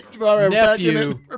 nephew